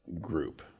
group